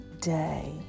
day